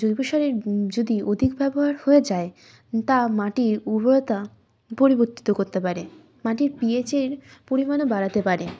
জৈব সারের যদি অধিক ব্যবহার হয়ে যায় তা মাটির উর্বরতা পরিবর্তিত করতে পারে মাটির পি য়েচের পরিমাণও বাড়াতে পারে